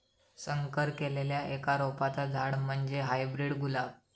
संकर केल्लल्या एका रोपाचा झाड म्हणजे हायब्रीड गुलाब